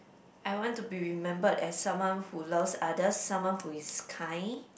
I want to be remembered as someone who loves others someone who is kind